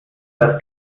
das